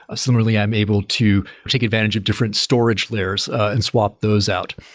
ah similarly, i'm able to take advantage of different storage layers and swap those out.